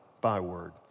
Byword